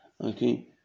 okay